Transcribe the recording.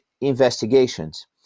investigations